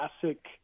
classic